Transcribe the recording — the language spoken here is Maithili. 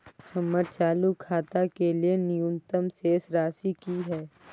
हमर चालू खाता के लेल न्यूनतम शेष राशि की हय?